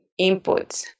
inputs